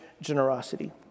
generosity